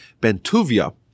Bentuvia